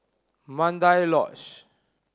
Mandai Lodge